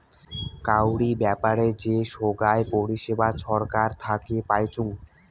কাউরি ব্যাপারে যে সোগায় পরিষেবা ছরকার থাকি পাইচুঙ